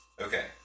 Okay